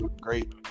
great